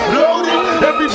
loaded